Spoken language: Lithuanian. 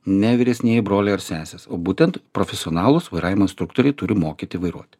ne vyresnieji broliai ar sesės o būtent profesionalūs vairavimo instruktoriai turi mokyti vairuoti